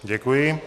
Děkuji.